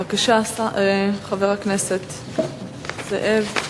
בבקשה, חבר הכנסת זאב.